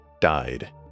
died